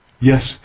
Yes